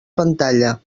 pantalla